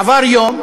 עבר יום,